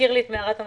את מערכת המכפלה.